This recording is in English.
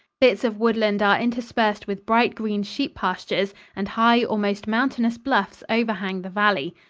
bits of woodland are interspersed with bright green sheep pastures and high, almost mountainous, bluffs overhang the valley.